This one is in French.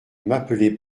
m’appelez